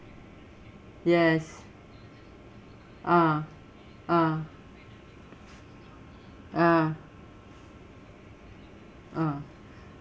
yes ah ah ah ah